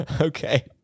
Okay